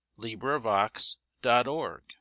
LibriVox.org